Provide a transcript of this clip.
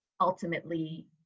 ultimately